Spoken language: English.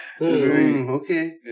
Okay